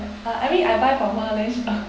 uh I mean I buy for her then she